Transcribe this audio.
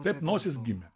taip nosis gimė